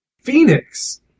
Phoenix